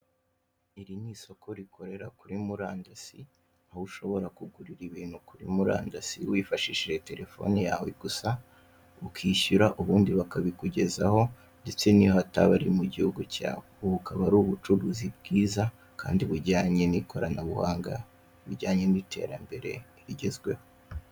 Iri ni isoko rikorera kuri murandasi aho ushobora kugurira ibintu kuri murandasi wifashishije telefoni yawe gusa, ukishyura ubundi bakabikugezaho ndetse niyo hataba ari mu gihugu cyawe, ubu bukaba ari ubucuruzi bwiza kandi bujyanye n'ikoranabuhanga, bijyanye n'iterambere rigezweho.